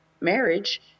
marriage